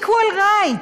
Equal Rights,